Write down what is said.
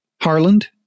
Harland